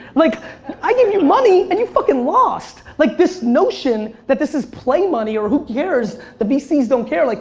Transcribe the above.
like i i gave you money and you fucking lost. like this notion that this is play money or who cares, the vcs don't care. like